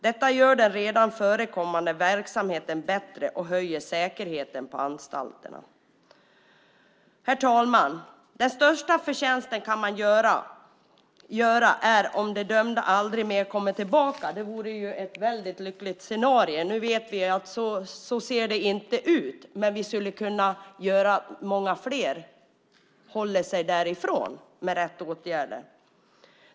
Detta gör den redan förekommande verksamheten bättre och höjer säkerheten på anstalterna. Herr talman! Den största förtjänsten man kan göra är om de dömda aldrig mer kommer tillbaka. Det vore ett väldigt lyckligt scenario. Nu vet vi att så ser det inte ut, men med rätt åtgärder skulle vi kunna göra så att många fler håller sig därifrån.